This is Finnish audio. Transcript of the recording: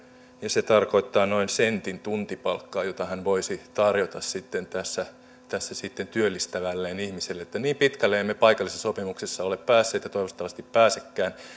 ja se tarkoittaa noin sentin tuntipalkkaa jota hän voisi sitten tarjota tässä työllistämälleen ihmiselle niin pitkälle emme paikallisissa sopimuksissa ole päässeet emmekä toivottavasti pääsekään